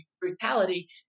brutality